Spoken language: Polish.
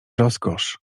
rozkosz